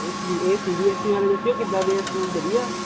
ਇਸ ਲਈ ਇਹ ਸੀ ਬੀ ਐਸ ਈ ਬਾਰੇ ਦੱਸਿਓ ਕਿੱਦਾਂ ਦੇ ਸਕੂਲ ਵਧੀਆ